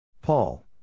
Paul